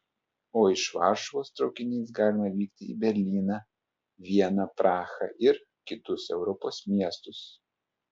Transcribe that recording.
o iš varšuvos traukiniais galima vykti į berlyną vieną prahą ir kitus europos miestus